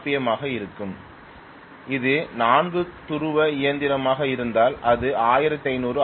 M ஆக இருக்கும் இது 4 துருவ இயந்திரமாக இருந்தால் அது 1500 ஆர்